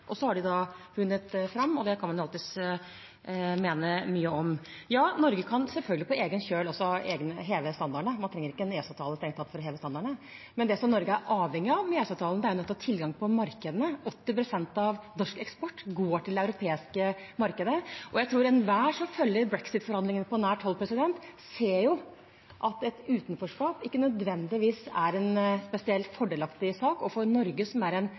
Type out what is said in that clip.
De har vunnet fram, og det kan man jo alltids mene mye om. Ja, Norge kan selvfølgelig også heve standardene på egen kjøl. Man trenger strengt tatt ikke en EØS-avtale for å heve standardene. Men det som Norge er avhengig av, med EØS-avtalen, er nettopp tilgangen til markedene. 80 pst. av norsk eksport går til det europeiske markedet. Jeg tror enhver som følger brexit-forhandlingene på nært hold, ser at et utenforskap ikke nødvendigvis er spesielt fordelaktig. For Norge, som er en